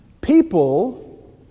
people